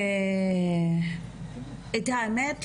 את האמת,